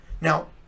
Now